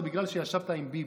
זה בגלל שישבת עם ביבי.